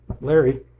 Larry